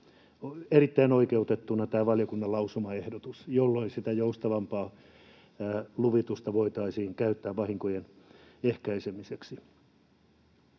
erittäin oikeutettuna, jolloin sitä joustavampaa luvitusta voitaisiin käyttää vahinkojen ehkäisemiseksi.